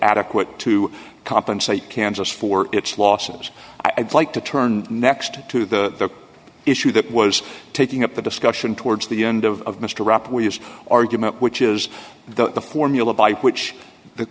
adequate to compensate kansas for its losses i'd like to turn next to the issue that was taking up the discussion towards the end of mr rap with his argument which is the formula by which the